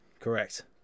Correct